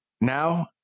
now